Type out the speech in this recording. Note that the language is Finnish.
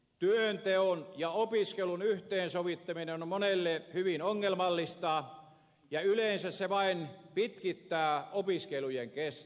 työnteon ja opiskelun yhteensovittaminen on monelle hyvin ongelmallista ja yleensä se vain pitkittää opiskelujen kestoa